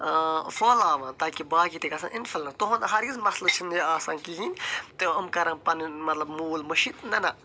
آ پھہلاوان تاکہِ باقٕے تہِ گژھن اِنفلنس تُہُنٛد ہرگِز مسلہٕ چھُ نہٕ یہِ آسان کہیٖنٛۍ تہٕ یِم کَرن پنٕنۍ مطلب موٗل مٔشِتھ نہَ نہَ